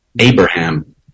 Abraham